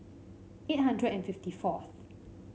eight hundred and fifty fourth